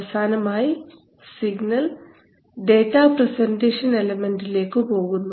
അവസാനമായി signal data presentation എലമെന്റിലേക്കു പോകുന്നു